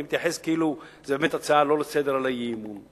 ואני מתייחס כאילו זו באמת לא הצעה לסדר-היום אלא אי-אמון.